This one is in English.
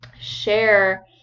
share